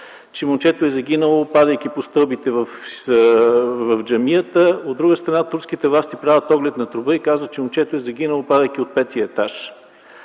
че момчето е загинало, падайки по стълбите в джамията, а, от друга страна, турските власти правят оглед на трупа и казват, че то е загинало, падайки от петия етаж.